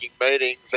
meetings